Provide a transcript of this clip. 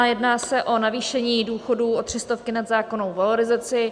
Jedná se o navýšení důchodů o tři stovky nad zákonnou valorizaci.